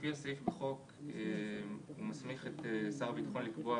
לפי הסעיף בחוק שמסמיך את שר הביטחון לקבוע